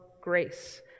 grace